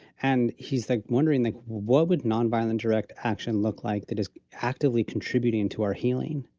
and he's like, wondering, like, what would nonviolent direct action look like that is actively contributing to our healing,